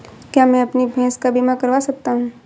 क्या मैं अपनी भैंस का बीमा करवा सकता हूँ?